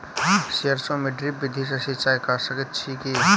सैरसो मे ड्रिप विधि सँ सिंचाई कऽ सकैत छी की?